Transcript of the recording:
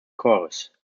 chores